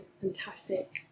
fantastic